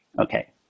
Okay